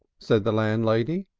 said the landlady.